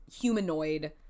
humanoid